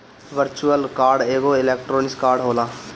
virtual card एगो electronic card होला